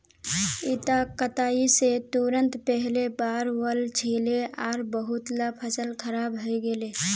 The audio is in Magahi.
इता कटाई स तुरंत पहले बाढ़ वल छिले आर बहुतला फसल खराब हई गेले